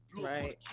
Right